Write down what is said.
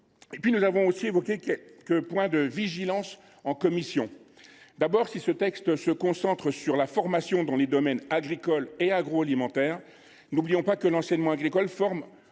nous avons aussi évoqué plusieurs points de vigilance. D’abord, si ce texte se concentre sur la formation dans les domaines agricole et agroalimentaire, n’oublions pas que l’enseignement agricole forme